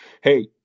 Hey